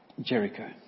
Jericho